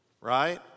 right